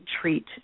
treat